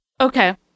okay